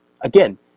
again